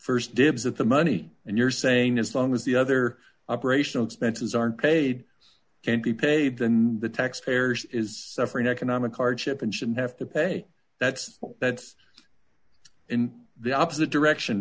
st dibs at the money and you're saying as long as the other operational expenses aren't paid and be paid then the tax payers is suffering economic hardship and shouldn't have to pay that's all that's in the opposite direction